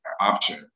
option